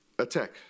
attack